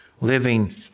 living